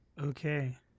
Okay